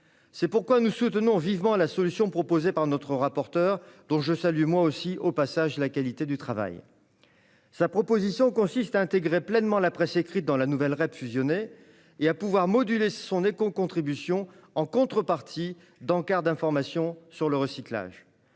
C'est pourquoi nous soutenons vivement la solution proposée par notre rapporteure, dont je salue au passage la qualité du travail. Elle prévoit d'intégrer pleinement la presse écrite dans la nouvelle REP fusionnée et de moduler son écocontribution en contrepartie d'encarts d'information sur le recyclage.